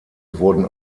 wurden